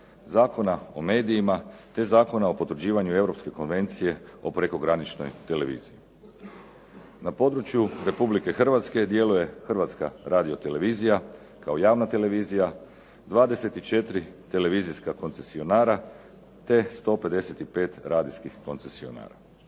Zakona o medijima te Zakona o potvrđivanju Europske konvencije o prekograničnoj televiziji. Na području Republike Hrvatske djeluje Hrvatska radio-televizija kao javna televizija, 24 televizijska koncesionara, te 155 radijskih koncesionara.